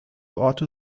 orte